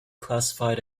classified